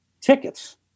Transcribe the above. tickets